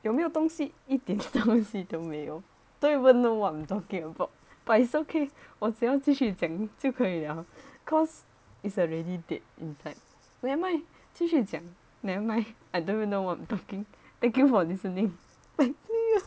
有没有东西一点东西都没有 don't even know what I'm talking about but it's okay 我只要继续讲就可以了 cause it's already dead inside never mind 继续讲 nevermind I don't even know what talking thank you for listening thank you